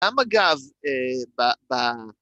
גם אגב ב...